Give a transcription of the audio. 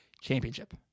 championship